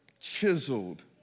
chiseled